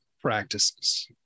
practices